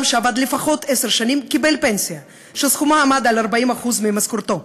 שעבד לפחות עשר שנים קיבל פנסיה שסכומה עמד על 80% ממשכורתו.